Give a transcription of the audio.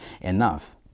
enough